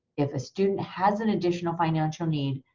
if a student has an additional financial need,